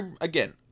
again